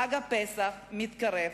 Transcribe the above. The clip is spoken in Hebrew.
חג הפסח מתקרב,